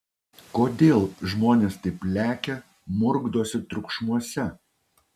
kodėl žmonės taip lekia murkdosi triukšmuose